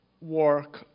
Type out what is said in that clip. work